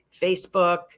Facebook